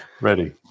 Ready